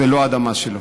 זו לא האדמה שלו.